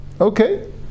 Okay